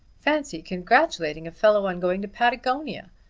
fancy congratulating a fellow on going to patagonia!